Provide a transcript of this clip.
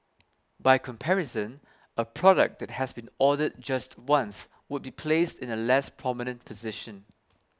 by comparison a product that has been ordered just once would be placed in a less prominent position